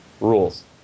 rules